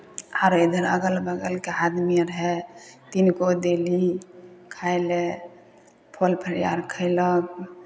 आरो इधर अगल बगलके आदमी अर हए तिनको देली खाय लए फल फड़ियार खयलक